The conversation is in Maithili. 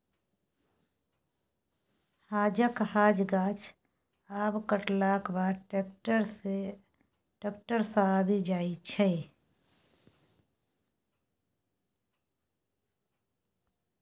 हांजक हांज गाछ आब कटलाक बाद टैक्टर सँ आबि जाइ छै